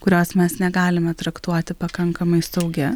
kurios mes negalime traktuoti pakankamai saugia